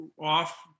off